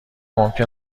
ممکن